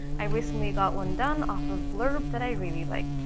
i recently got one done off of blurb that i really liked.